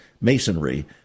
Masonry